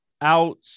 out